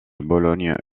bologne